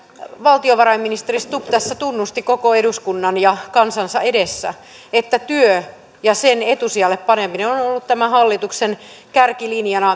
valtiovarainministeri stubb tässä tunnusti koko eduskunnan ja kansansa edessä että työ ja sen etusijalle paneminen on on ollut tämän hallituksen kärkilinjana